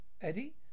Eddie